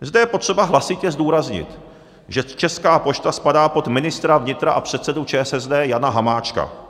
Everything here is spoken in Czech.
Zde je potřeba hlasitě zdůraznit, že Česká pošta spadá pod ministra vnitra a předsedu ČSSD Jana Hamáčka.